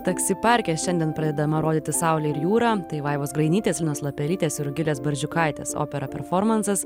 taksi parke šiandien pradedama rodyti saulė ir jūra tai vaivos grainytės linos lapelytės ir rugilės barzdžiukaitės opera performansas